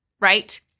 right